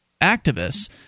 activists